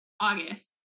August